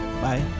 bye